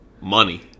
Money